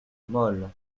molles